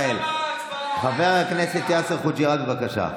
חבר הכנסת יאסר חוג'יראת, בבקשה.